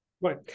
right